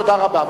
תודה רבה.